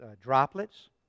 droplets